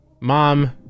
Mom